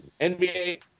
NBA